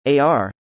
AR